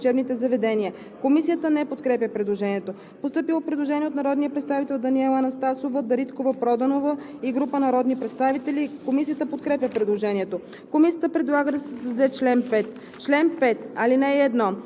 се разходва в съответствие с изискванията на чл. 18 от Закона за лечебните заведения.“ Комисията не подкрепя предложението. Постъпило е предложение от народния представител Даниела Анастасова Дариткова-Проданова и група народни представители. Комисията подкрепя предложението.